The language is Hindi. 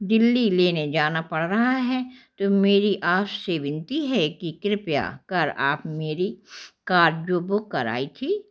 दिल्ली लेने जाना पड़ रहा है तो मेरी आप से विन्ती है कि कृपया कर आप मेरी कार जो बुक कराई थी